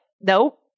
Nope